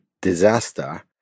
Disaster